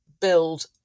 build